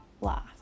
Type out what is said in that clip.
laugh